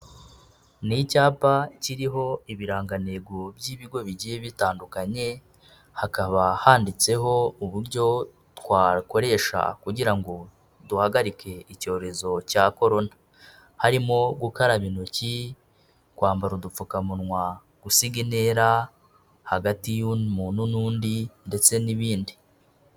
Ni icyapa kiriho ibirangantego by'ibigo bigiye bitandukanye, hakaba handitseho uburyo twakoresha kugira ngo duhagarike icyorezo cya Korona. Harimo gukaraba intoki, kwambara udupfukamunwa, gusiga intera hagati y'umuntu n'undi ndetse n'ibindi.